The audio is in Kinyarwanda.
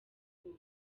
ubu